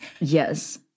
Yes